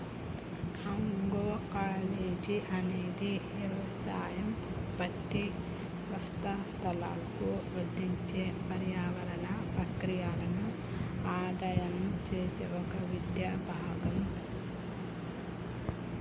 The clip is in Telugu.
అగ్రోకాలజీ అనేది యవసాయ ఉత్పత్తి వ్యవస్థలకు వర్తించే పర్యావరణ ప్రక్రియలను అధ్యయనం చేసే ఒక విద్యా భాగం